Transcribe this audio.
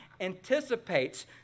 anticipates